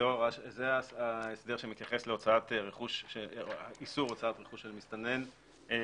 זה ההסדר שמתייחס לאיסור הוצאת רכוש של מסתנן אל